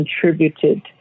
contributed